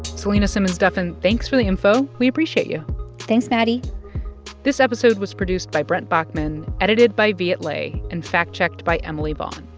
selena simmons-duffin, thanks for the info. we appreciate you thanks, maddie this episode was produced by brent baughman, edited by viet le, and fact-checked by emily vaughn.